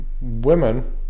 women